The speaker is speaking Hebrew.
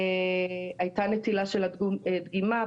הייתה נטילה של דגימה.